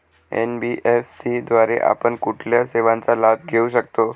NBFC द्वारे आपण कुठल्या सेवांचा लाभ घेऊ शकतो?